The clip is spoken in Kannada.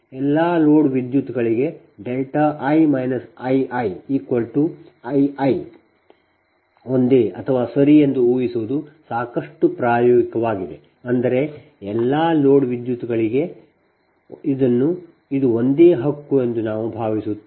ಎಲ್ಲಾ ಲೋಡ್ ವಿದ್ಯುತ್ ಗಳಿಗೆ δ i i i i i ಒಂದೇ ಅಥವಾ ಸರಿ ಎಂದು ಊಹಿಸುವುದು ಸಾಕಷ್ಟು ಪ್ರಾಯೋಗಿಕವಾಗಿದೆ ಅಂದರೆ ಎಲ್ಲಾ ಲೋಡ್ ವಿದ್ಯುತ್ಗಳಿಗೆ ಎಲ್ಲಾ ಲೋಡ್ ವಿದ್ಯುತ್ಗಳಿಗೆ ಇದು ಒಂದೇ ಹಕ್ಕು ಎಂದು ನಾವು ಭಾವಿಸುತ್ತೇವೆ